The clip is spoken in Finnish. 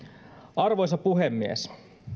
arvoisa puhemies